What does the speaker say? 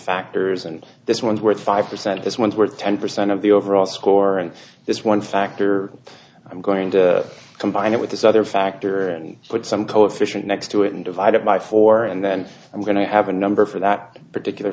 factors and this one's worth five percent this one's worth ten percent of the overall score and this one factor i'm going to combine it with this other factor and put some coefficient next to it and divide it by four and then i'm going to have a number for that particular